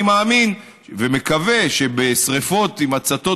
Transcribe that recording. אני מאמין ומקווה שבשרפות הבאות עם הצתות